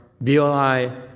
BLI